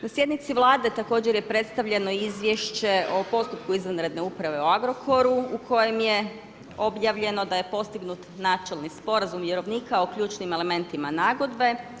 Na sjednici Vlade također je predstavljeno izvješće o postupku izvanredne uprave u Agrokoru u kojem je objavljeno da je postignut načelni sporazum vjerovnika o ključnim elementima nagodbe.